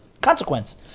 Consequence